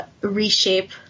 reshape